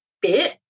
bit